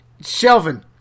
Shelvin